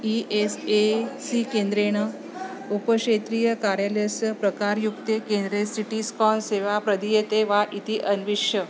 E S A C केन्द्रेण उपक्षेत्रीयकार्यालयस्य प्रकारयुक्ते केन्द्रे सिटीस्कान् सेवा प्रदीयते वा इति अन्विष